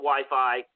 Wi-Fi